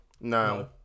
No